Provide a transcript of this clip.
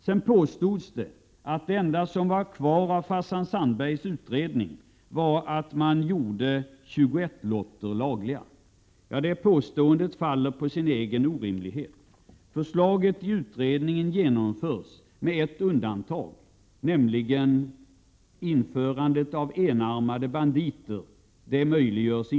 Det påstods att det enda som var kvar av ”Farsan” Sandbergs utredning var att 21-lotter gjordes lagliga. Det påståendet faller på sin egen orimlighet. Förslagen i utredningen genomförs med ett undantag, nämligen att införande av enarmade banditer inte möjliggörs.